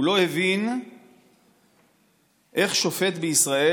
הוא לא הבין איך שופט בישראל,